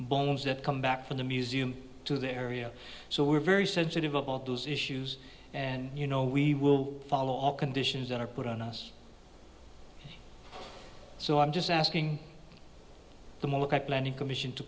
bones that come back from the museum to the area so we're very sensitive about those issues and you know we will follow all conditions that are put on us so i'm just asking the most that planning commission to